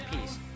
peace